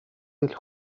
del